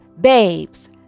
babes